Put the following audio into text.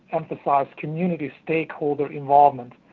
emphasized community stakeholder involvement.